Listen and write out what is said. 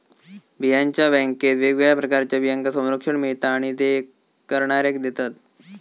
बियांच्या बॅन्केत वेगवेगळ्या प्रकारच्या बियांका संरक्षण मिळता आणि ते करणाऱ्याक देतत